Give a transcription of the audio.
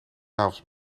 tafels